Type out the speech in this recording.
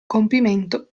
compimento